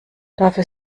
dafür